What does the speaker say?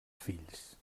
fills